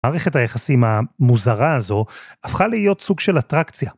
מערכת היחסים המוזרה הזו הפכה להיות סוג של אטרקציה.